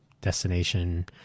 destination